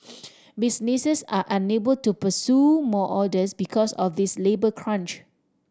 businesses are unable to pursue more orders because of this labour crunch